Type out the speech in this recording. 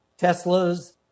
Teslas